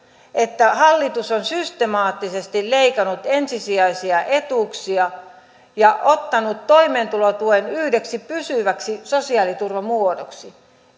että hallitus on systemaattisesti leikannut ensisijaisia etuuksia ja ottanut toimeentulotuen yhdeksi pysyväksi sosiaaliturvan muodoksi